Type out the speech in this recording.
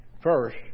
first